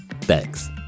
Thanks